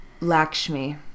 Lakshmi